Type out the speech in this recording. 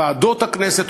ועדות הכנסת,